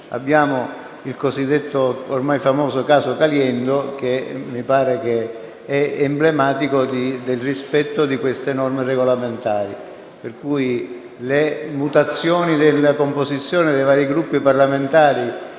Abbiamo il cosiddetto e ormai famoso caso Caliendo che mi pare sia emblematico del rispetto di queste norme regolamentari. Pertanto, poiché l'adeguamento alle mutazioni della composizione dei vari Gruppi parlamentari